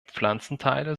pflanzenteile